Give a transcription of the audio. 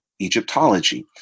egyptology